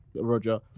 Roger